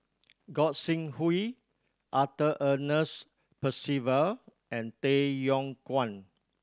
Gog Sing Hooi Arthur Ernest Percival and Tay Yong Kwang